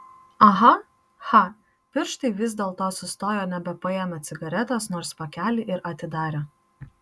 aha cha pirštai vis dėlto sustojo nebepaėmę cigaretės nors pakelį ir atidarė